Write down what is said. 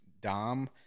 Dom